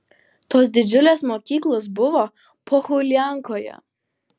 tos didžiulės mokyklos buvo pohuliankoje